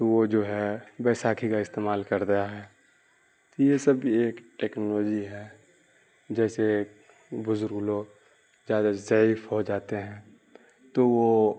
تو وہ جو ہے بیساکھی کا استعمال کرتا ہے تو یہ سب بھی ایک ٹیکنالوجی ہے جیسے بزرگ لوگ زیادہ ضعیف ہو جاتے ہیں تو وہ